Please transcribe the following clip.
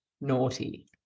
naughty